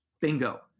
bingo